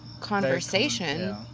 conversation